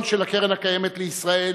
הדירקטוריון של הקרן הקיימת לישראל